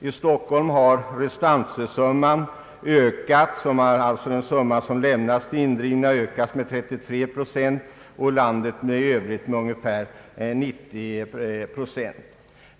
I Stockholm har restantiesumman, alltså skatteskulder som lämnats till indrivning, ökat med 33 procent och i landet i övrigt med ungefär 90 procent.